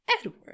Edward